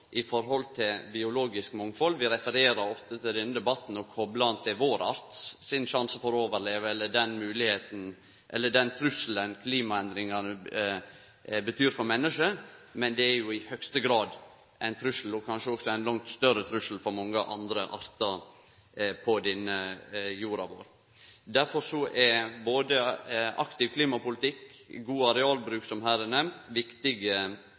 biologisk mangfald. Vi refererer ofte til den debatten og koplar han til vår arts sjanse for å overleve – eller til den trusselen klimaendringane betyr for menneske. Men det er jo i høgste grad ein trussel – og kanskje ein langt større trussel – for mange andre artar på jorda vår. Derfor er både aktiv klimapolitikk og god arealbruk, som her er nemnde, viktige